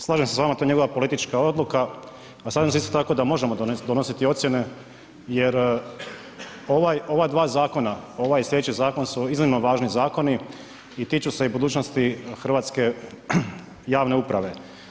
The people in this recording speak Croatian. Slažem se s vama to je njegova politička odluka, a slažem se isto tako da možemo donositi ocjene jer ovaj, ova dva zakona, ovaj i slijedeći zakon su iznimno važni zakoni i tiču se i budućnosti hrvatske javne uprave.